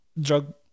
drug